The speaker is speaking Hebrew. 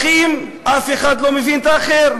מהאזרחים, אף אחד לא מבין את האחר.